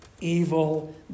evil